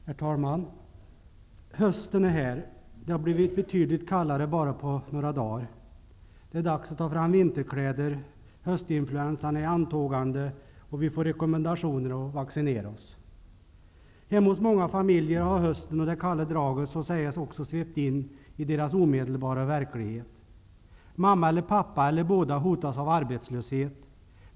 Herr talman! Hösten är här - det har blivit betydligt kallare bara på några dagar. Det är dags att ta fram vinterkläder, höstinfluensan är i antågande, och vi får rekommendationer att vaccinera oss. Hemma hos många familjer har hösten och det kalla draget också så att säga svept in i deras omedelbara verklighet. Mamma eller pappa eller båda hotas av arbetslöshet.